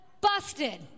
busted